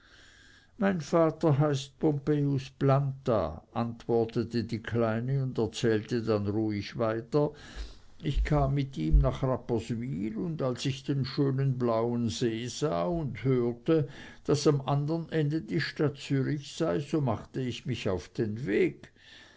mein vater heißt pompejus planta antwortete die kleine und erzählte dann ruhig weiter ich kam mit ihm nach rapperswyl und als ich den schönen blauen see sah und hörte daß am andern ende die stadt zürich sei so machte ich mich auf den weg